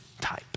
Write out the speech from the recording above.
type